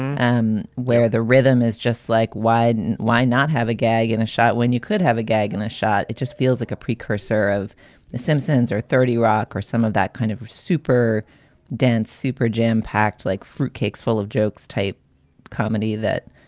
um where the rhythm is just like why and why not have a gag and a shot when you could have a gag and a shot? it just feels like a precursor of the simpsons or thirty rock or some of that kind of super dense, super jam packed like fruitcakes full of jokes type comedy that